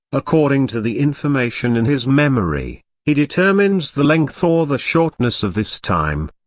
according to the information in his memory, he determines the length or the shortness of this time.